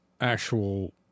actual